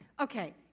Okay